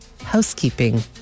housekeeping